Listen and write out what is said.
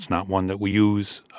not one that we use